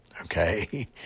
Okay